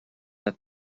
that